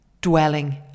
dwelling